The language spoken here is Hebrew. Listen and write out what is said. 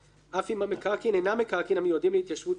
אף אם המקרקעין אינם מקרקעין המיועדים להתיישבות כפרית,